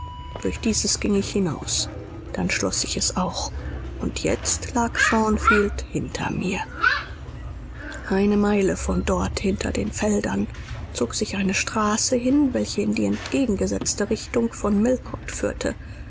durch dieses ging ich hinaus dann schloß ich es auch und jetzt lag thornfield hinter mir eine meile von dort hinter den feldern zog sich eine straße hin welche in die entgegengesetzte richtung von millcote führte